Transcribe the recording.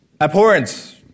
Abhorrence